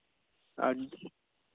ᱟᱨ